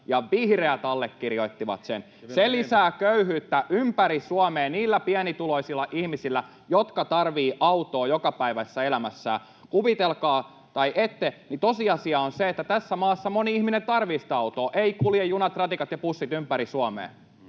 ja vihreät allekirjoittivat sen. Se lisää köyhyyttä ympäri Suomea niillä pienituloisilla ihmisillä, jotka tarvitsevat autoa jokapäiväisessä elämässään. Kuvitelkaa tai ette, niin tosiasia on se, että tässä maassa moni ihminen tarvitsee autoa. Eivät kulje junat, ratikat ja bussit ympäri Suomea.